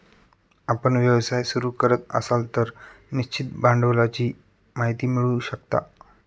आपण व्यवसाय सुरू करत असाल तर निश्चित भांडवलाची माहिती मिळवू शकता